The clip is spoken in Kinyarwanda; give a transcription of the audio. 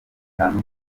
hantu